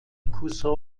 cousin